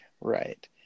Right